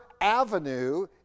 avenue